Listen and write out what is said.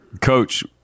coach